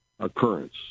occurrence